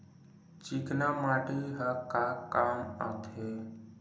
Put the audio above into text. चिकना माटी ह का काम आथे?